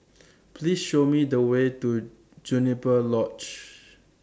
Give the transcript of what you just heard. Please Show Me The Way to Juniper Lodge